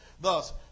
thus